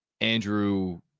Andrew